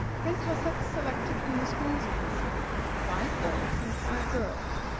prince hassak selected from the schools of his city five boys and five girls,